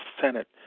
Senate